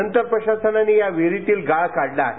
नंतर प्रशासनानं या विहिरीतील गाळ काढला आहे